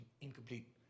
incomplete